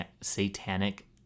satanic